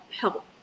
help